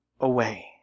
away